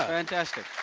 fantastic.